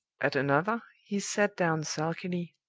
at another he sat down sulkily,